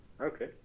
okay